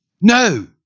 No